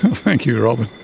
so thank you robyn.